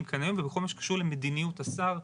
כאן היום ובכל מה שקשור למדיניות השר,